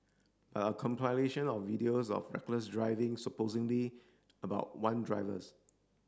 a compilation of videos of reckless driving supposedly about one drivers